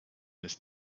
this